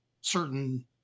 certain